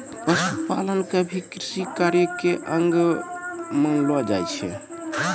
पशुपालन क भी कृषि कार्य के अंग मानलो जाय छै